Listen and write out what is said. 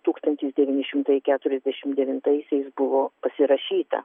tūkstantis devyni šimtai keturiasdešimt devintaisiais buvo pasirašyta